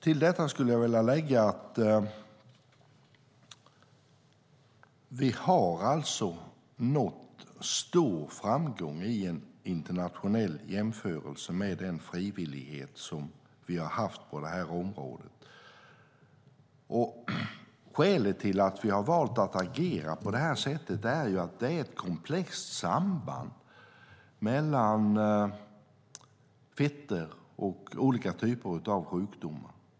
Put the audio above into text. Till detta skulle jag vilja lägga att vi alltså i internationell jämförelse har nått stor framgång med den frivillighet som vi har haft på det här området. Skälet till att vi har valt att agera på det här sättet är att det är ett komplext samband mellan fetter och olika typer av sjukdomar.